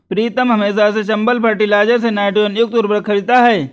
प्रीतम हमेशा से चंबल फर्टिलाइजर्स से नाइट्रोजन युक्त उर्वरक खरीदता हैं